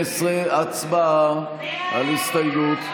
18. הצבעה על ההסתייגות.